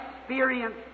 experience